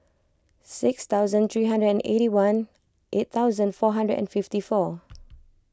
six thousand three hundred and eighty one eight thousand four hundred and fifty four